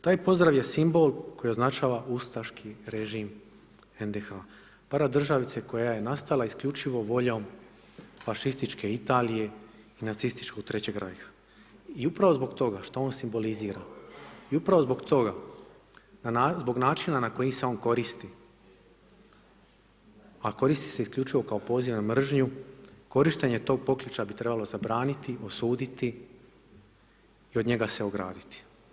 Taj pozdrav je simbol koji označava ustaški režim HND-a, paradržavice koja je nastala isključivo voljom fašističke Italije i nacističkog Trećeg Reicha, i upravo zbog toga što on simbolizira, i upravo zbog toga, zbog načina na koji se on koristi, a koristi se isključivo kao poziv na mržnju, korištenje tog pokliča bi trebalo zabraniti, osuditi i od njega se ograditi.